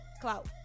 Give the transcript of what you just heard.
Clout